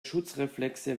schutzreflexe